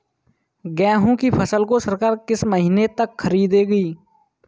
गेहूँ की फसल को सरकार किस महीने तक खरीदेगी?